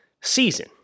season